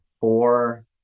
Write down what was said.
four